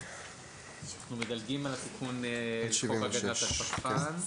אנחנו מדלגים על סעיף 76, תיקון חוק הגנת הצרכן.